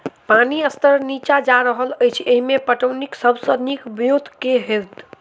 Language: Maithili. पानि स्तर नीचा जा रहल अछि, एहिमे पटौनीक सब सऽ नीक ब्योंत केँ होइत?